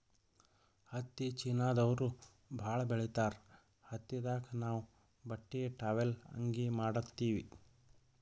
ಹತ್ತಿ ಚೀನಾದವ್ರು ಭಾಳ್ ಬೆಳಿತಾರ್ ಹತ್ತಿದಾಗ್ ನಾವ್ ಬಟ್ಟಿ ಟಾವೆಲ್ ಅಂಗಿ ಮಾಡತ್ತಿವಿ